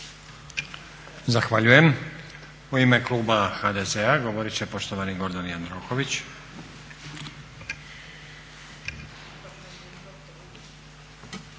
Zahvaljujem. U ime kluba HDZ-a govorit će poštovani Gordan Jandroković.